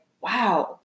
wow